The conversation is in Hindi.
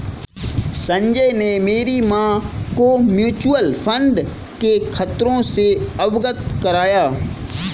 संजय ने मेरी मां को म्यूचुअल फंड के खतरों से अवगत कराया